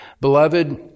Beloved